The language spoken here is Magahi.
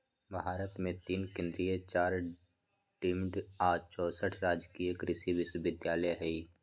भारत मे तीन केन्द्रीय चार डिम्ड आ चौसठ राजकीय कृषि विश्वविद्यालय हई